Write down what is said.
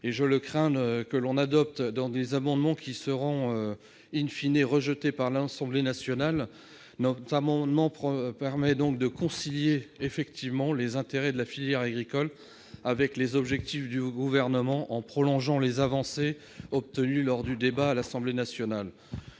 je crains que les amendements adoptés ici ne soient rejetés par l'Assemblée nationale. Notre amendement permet de concilier les intérêts de la filière agricole avec les objectifs du Gouvernement en prolongeant les avancées obtenues lors du débat à l'Assemblée nationale.